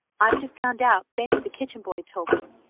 i've just found out. benny, the kitchen boy, told me.